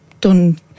done